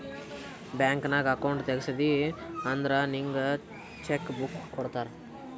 bank ನಾಗ್ account ತೆಗ್ಸಿದಿ ಅಂದುರ್ ನಿಂಗ್ ಚೆಕ್ ಬುಕ್ ಕೊಡ್ತಾರ್